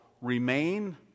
remain